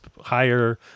higher